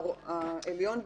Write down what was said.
העליון במחוז.